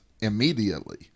immediately